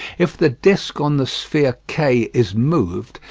if the disc on the sphere k is moved,